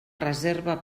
reserva